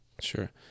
Sure